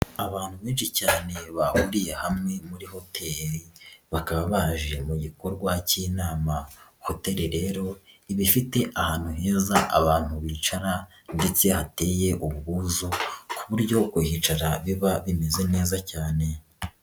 Abantu benshi cyane bahuriye hamwe muri hoteli, bakaba baje mu gikorwa cy'inama, hoteli rero iba ifite ahantu heza abantu bicara ndetse hateye ubwuzu, ku buryo kuhicara biba bimeze neza cyane.